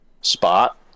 spot